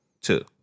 two